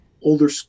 older